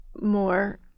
more